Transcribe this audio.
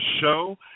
show